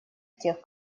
тех